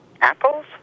Apples